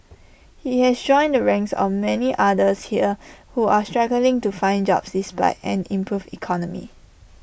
he has joined the ranks of the many others here who are struggling to find jobs despite an improved economy